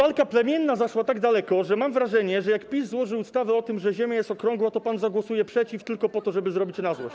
Ta walka plemienna zaszła tak daleko, że mam wrażenie, że jak PiS złoży ustawę o tym, że Ziemia jest okrągła, to pan zagłosuje przeciw tylko po to, żeby zrobić na złość.